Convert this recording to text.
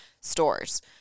stores